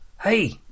Hey